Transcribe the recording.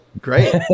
Great